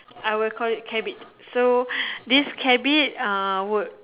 I will call it cabbit so this cabbit uh would